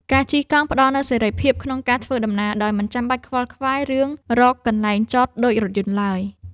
ការជិះកង់ផ្ដល់នូវសេរីភាពក្នុងការធ្វើដំណើរ ដោយមិនបាច់ខ្វល់ខ្វាយរឿងរកកន្លែងចតដូចរថយន្តឡើយ។